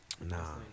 Nah